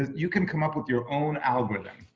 you can come up with your own algorithm.